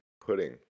pudding